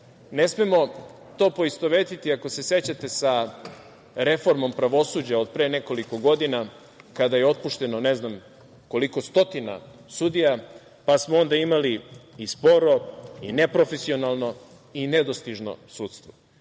smemo to poistovetiti, ako se sećate, sa reformom pravosuđa od pre nekoliko godina kada je otpušteno ne znam koliko stotina sudija, pa smo onda imali i sporo i neprofesionalno i nedostižno sudstvo.